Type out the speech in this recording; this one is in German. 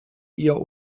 ihr